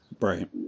Right